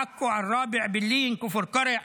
עכו, עראבה, אעבלין, כפר קרע,